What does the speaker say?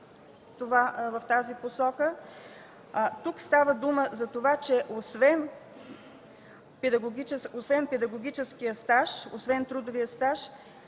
в тази посока. Тук става дума за това, че освен педагогическия, освен трудовия стаж